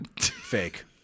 Fake